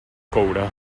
coure